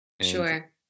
Sure